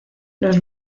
los